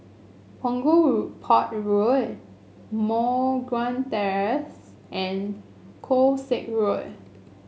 Punggol Road Port Road Moh Guan Terrace and Koh Sek Road